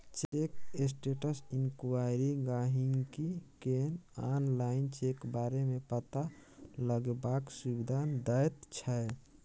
cheque status inquiry गाहिंकी केँ online check बारे मे पता लगेबाक सुविधा दैत छै